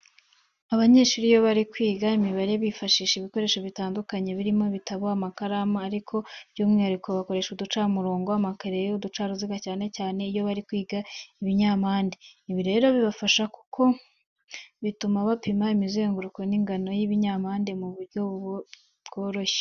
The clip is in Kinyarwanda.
Abanyeshuri iyo bari kwiga imibare bifashisha ibikoresho bitandukanye birimo ibitabo, amakaramu ariko by'umwihariko bakoresha uducamurongo, amakereyo, uducaruziga cyane cyane iyo bari kwiga ibinyampande. Ibi rero birabafasha kuko bituma bapima imizenguruko n'ingano y'ibinyampande mu buryo bworoshye.